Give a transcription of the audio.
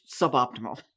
suboptimal